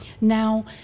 now